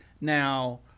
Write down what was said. Now